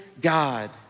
God